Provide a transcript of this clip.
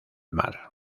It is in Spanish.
mar